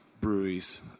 breweries